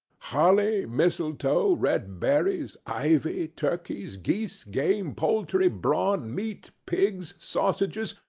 holly, mistletoe, red berries, ivy, turkeys, geese, game, poultry, brawn, meat, pigs, sausages,